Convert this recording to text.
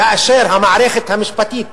כאשר המערכת המשפטית,